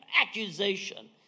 accusation